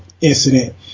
incident